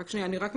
אני רק מבקשת,